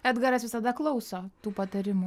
edgaras visada klauso tų patarimų